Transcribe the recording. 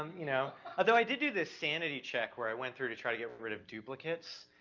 um you know although i did do this sanity check where i went through to try to get rid of duplicates,